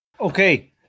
Okay